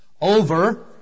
over